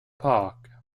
park